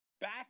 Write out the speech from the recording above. back